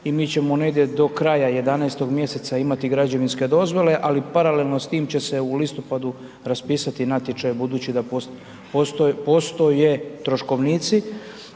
i mi ćemo negdje do kraja 11 mjeseca imati građevinske dozvole ali paralelno s time će se u listopadu raspisati natječaj budući da postoje troškovnici.